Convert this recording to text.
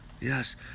yes